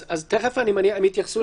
אז תכף, אני מניח, הם יתייחסו.